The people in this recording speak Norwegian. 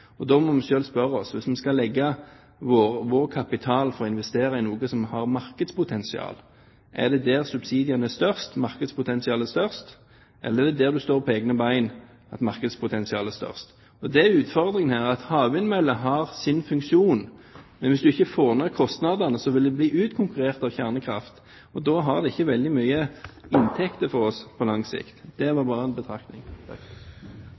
bein. Da må vi spørre oss selv, hvis vi skal legge vår kapital i noe som har markedspotensial: Er det der subsidiene er størst, eller er det der man står på egne bein at markedspotensialet er størst? Utfordringen her er at havvindmøller har sin funksjon. Men hvis en ikke får ned kostnadene, vil de bli utkonkurrert av kjernekraft, og da gir det ikke veldig mye inntekter for oss på lang sikt. Det